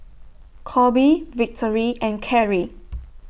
Coby Victory and Carie